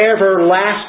everlasting